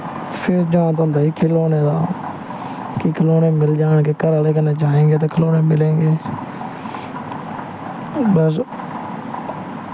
फिर जाद औंदा हा केह् लैने दा कि खलौने मिल जान गे घर आह्लें कन्नै जाएगें ते खलौने मिलेंगे बस